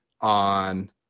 on